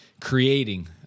creating